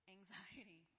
anxiety